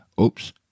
Oops